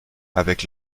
avec